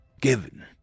given